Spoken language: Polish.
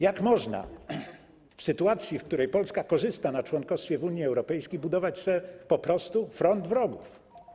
Jak można w sytuacji, w której Polska korzysta na członkostwie w Unii Europejskiej, budować sobie po prostu front wrogów?